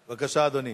בבקשה, אדוני.